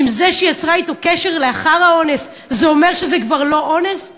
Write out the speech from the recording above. האם זה שהיא יצרה אתו קשר לאחר האונס זה אומר שזה כבר לא אונס,